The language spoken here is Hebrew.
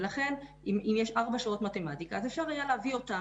ולכן אם יש ארבע שעות מתמטיקה אז אפשר היה להביא אותם,